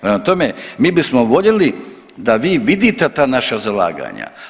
Prema tome, mi bismo voljeli da vi vidite ta naša zalaganja.